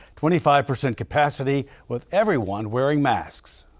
twenty five percent capacity with everyone wearing masks.